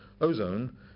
Ozone